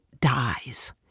dies